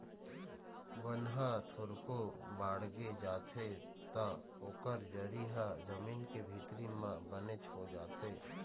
बन ह थोरको बाड़गे जाथे त ओकर जरी ह जमीन के भीतरी म बनेच हो जाथे